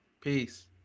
Peace